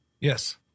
Yes